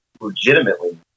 legitimately